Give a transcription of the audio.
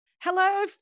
Hello